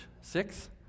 six